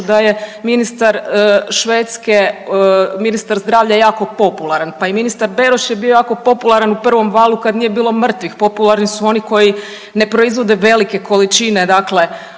ministar zdravlja jako popularan, pa i ministar Beroš je bio jako popularan u prvom valu kad nije bilo mrtvih, popularni su oni koji je proizvode velike količine dakle